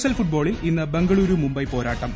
I S L ഫുട്ബോളിൽ ഇന്ന് ബംഗളൂരു മുംബൈ പോരാട്ടം